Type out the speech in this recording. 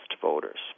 voters